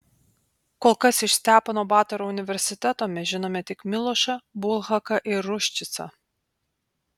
kol kas iš stepono batoro universiteto mes žinome tik milošą bulhaką ir ruščicą